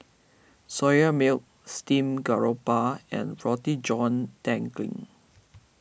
Soya Milk Steamed Garoupa and Roti John Daging